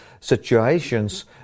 situations